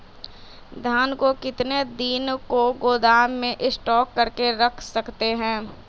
धान को कितने दिन को गोदाम में स्टॉक करके रख सकते हैँ?